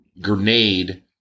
grenade